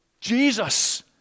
Jesus